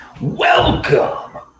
Welcome